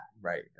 right